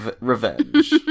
revenge